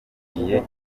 akwiye